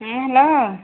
ହଁ ହ୍ୟାଲୋ